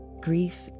grief